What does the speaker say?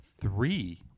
three